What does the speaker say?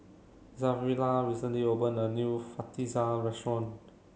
Zariah recently opened a new Fajitas restaurant